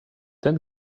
then